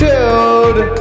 Dude